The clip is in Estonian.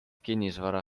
kinnisvara